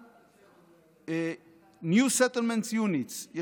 עלnew settlement units ,